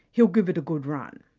he'll give it a good run.